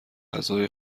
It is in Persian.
غذای